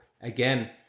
again